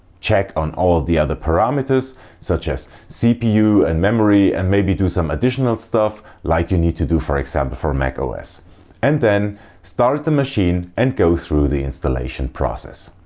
check on all the other parameters such as cpu and memory and maybe do some additional stuff like you need to do for example for macos and then start the machine and go through the installation process.